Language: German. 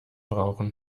brauchen